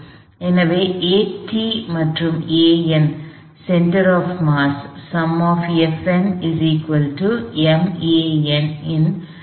எனவே at மற்றும் an centre of mass in அக்ஸ்லெரேஷன்கள்